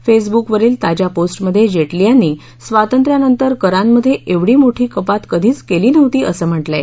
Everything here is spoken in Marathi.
फेसबुकवरील ताज्या पोस्टमध्ये जेटली यांनी स्वातंत्र्यानंतर करांमध्ये एवढ मोठी कपात कधीच केली नव्हती असं म्हटलंय